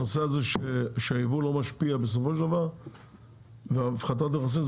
הנושא הזה שהייבוא לא משפיע בסופו של דבר והפחתת המכסים,